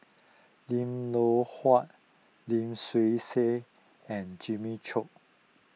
Lim Loh Huat Lim Swee Say and Jimmy Chok